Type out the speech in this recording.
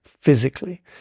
physically